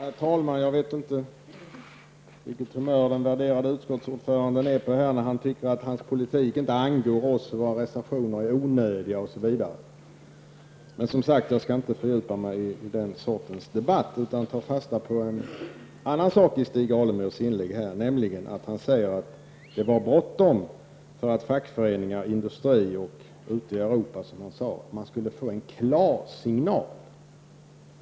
Fru talman! Jag vet inte vilket humör den värderade utskottsordföranden är på när han tycker att hans politik inte angår oss och att våra reservationer är onödiga. Men jag skall inte fördjupa mig i den sortens debatt utan i stället ta fasta på en annan sak i Stig Alemyrs inlägg. Han säger att det var bråttom för att fackföreningsrörelsen och industrin samt länderna ute i Europa skulle få en klarsignal.